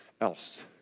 else